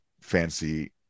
fancy